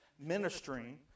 ministering